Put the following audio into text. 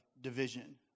division